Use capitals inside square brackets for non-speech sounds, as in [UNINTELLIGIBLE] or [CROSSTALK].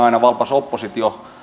[UNINTELLIGIBLE] aina valpas oppositio